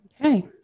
Okay